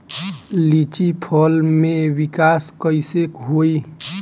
लीची फल में विकास कइसे होई?